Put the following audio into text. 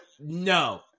no